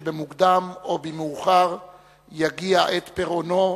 שבמוקדם או במאוחר תגיע עת פירעונו,